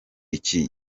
iki